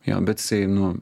jo bet jisai nu